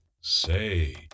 Say